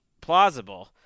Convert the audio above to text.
plausible